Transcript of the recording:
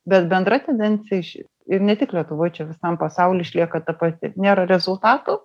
bet bendra tendencija ši ir ne tik lietuvoj čia visam pasauly išlieka ta pati nėra rezultatų